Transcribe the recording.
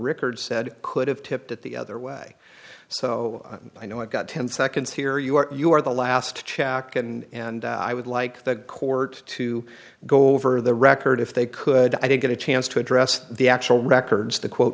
rickards said could have tipped it the other way so i know i've got ten seconds here you are you are the last chacon and i would like the court to go over the record if they could i did get a chance to address the actual records to quote